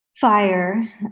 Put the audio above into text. fire